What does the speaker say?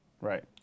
right